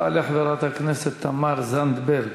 תעלה חברת הכנסת תמר זנדברג,